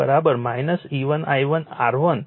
પરંતુ I2 અને I2 secondary current anti phase હોવો જોઈએ